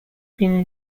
been